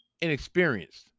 inexperienced